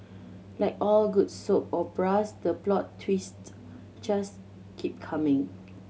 like all good soap operas the plot twist just keep coming